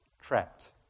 trapped